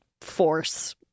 force